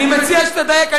אני מציע שתדייק.